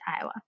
Iowa